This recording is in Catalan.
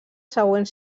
següents